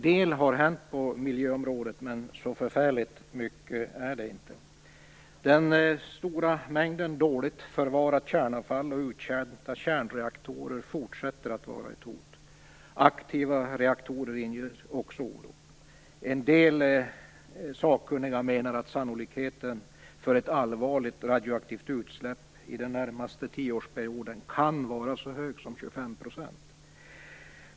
Det har hänt en del på miljöområdet, men det är inte så förfärligt mycket. Den stora mängden dåligt förvarat kärnavfall och uttjänta kärnreaktorer fortsätter att utgöra ett hot. Aktiva reaktorer inger också oro. En del sakkunniga anser att sannolikheten för ett allvarligt radioaktivt utsläpp under den närmaste tioårsperioden kan vara så hög som 25 %.